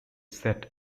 set